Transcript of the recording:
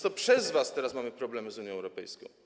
To przez was teraz mamy problemy z Unią Europejską.